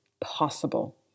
possible